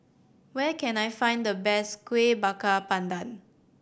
where can I find the best Kuih Bakar Pandan